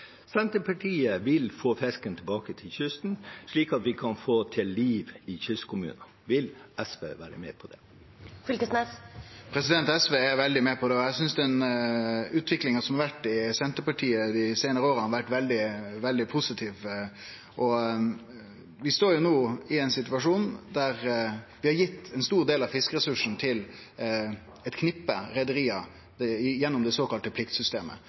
Senterpartiet vil få fisken tilbake til kysten, slik at vi kan få liv i kystkommunene. Vil SV være med på det? SV er veldig med på det, og eg synest at den utviklinga som har vore i Senterpartiet dei seinare åra, har vore veldig positiv. Vi står no i ein situasjon der vi har gitt ein stor del av fiskeressursane til eit knippe reiarlag, gjennom det såkalla pliktsystemet.